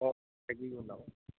অঁ